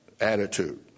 attitude